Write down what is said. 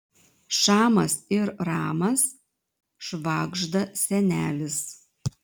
šamas ir ramas švagžda senelis